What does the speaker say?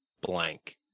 blank